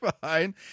fine